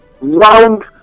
round